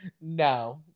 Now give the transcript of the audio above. no